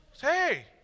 Hey